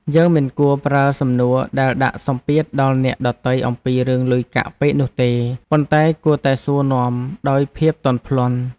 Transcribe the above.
យើងមិនគួរប្រើសំណួរដែលដាក់សម្ពាធដល់អ្នកដទៃអំពីរឿងលុយកាក់ពេកនោះទេ ប៉ុន្តែគួរតែសួរនាំដោយភាពទន់ភ្លន់។